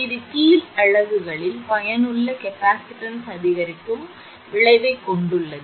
இது கீழ் அலகுகளின் பயனுள்ள கெப்பாசிட்டன்ஸ் அதிகரிக்கும் விளைவைக் கொண்டுள்ளது